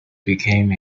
became